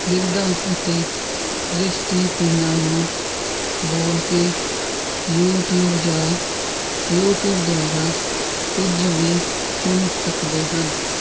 ਬਿਰਧਾਂ ਅਤੇ ਦ੍ਰਿਸ਼ਟੀਹੀਣਾਂ ਨੂੰ ਬੋਲ ਕੇ ਯੂਟਿਊਬ ਜਾਂ ਯੂਟਿਊਬ ਦੁਆਰਾ ਕੁਝ ਵੀ ਸੁਣ ਸਕਦੇ ਹਨ